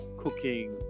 cooking